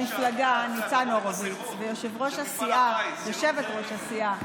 ויושב-ראש המפלגה ניצן הורוביץ ויושבת-ראש הסיעה